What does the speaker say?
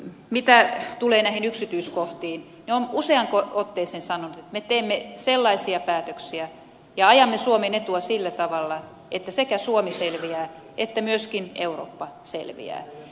mitä tulee näihin yksityiskohtiin niin on useaan otteeseen sanottu että me teemme sellaisia päätöksiä ja ajamme suomen etua sillä tavalla että sekä suomi selviää että myöskin eurooppa selviää